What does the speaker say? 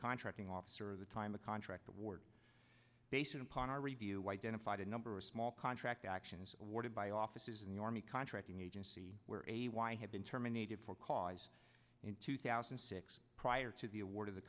contracting officer of the time the contract award based upon our review identified a number of small contract actions awarded by offices in the army contracting agency where a y had been terminated for cause in two thousand prior to the award of the